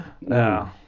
No